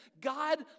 God